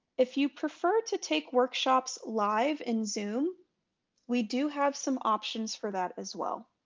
if you prefer to take workshops live in zoom we do have some options for that as well.